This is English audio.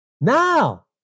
Now